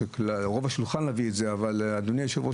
אדוני היושב-ראש,